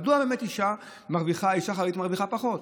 מדוע באמת אישה חרדית מרוויחה פחות?